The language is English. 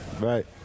right